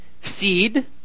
Seed